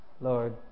Lord